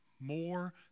more